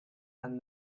and